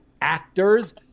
actors